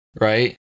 right